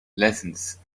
lessons